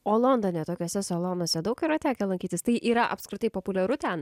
o londone tokiuose salonuose daug yra tekę lankytis tai yra apskritai populiaru ten